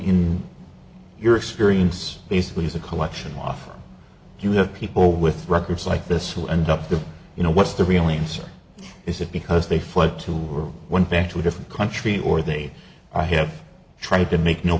in your experience basically is a collection often you have people with records like this who end up the you know what's the really answer is it because they fled to the world went back to a different country or they i have tried to make no